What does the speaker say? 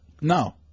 No